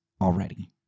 already